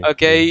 Okay